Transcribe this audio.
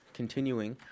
continuing